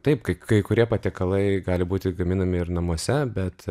taip kai kai kurie patiekalai gali būti gaminami ir namuose bet